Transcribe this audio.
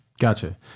Gotcha